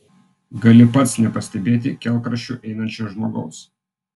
gali pats nepastebėti kelkraščiu einančio žmogaus